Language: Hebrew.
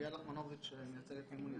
אביעד לחמנוביץ, מייצג את "מימון ישיר".